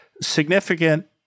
significant